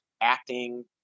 acting